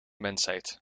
mensheid